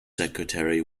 secretary